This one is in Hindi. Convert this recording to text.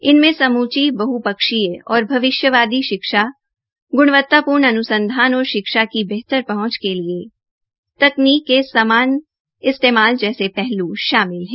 इनमे सम्ची बह पक्षीय और भविष्यवादी शिक्षा ग्णवतापूर्ण अन्संधान और शिक्षा के बेहतर पहंच के लिए प्रौद्योगिकी के सम्मान इस्तेमाल जैसे पहलू शामिल है